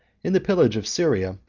in the pillage of syria,